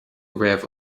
raibh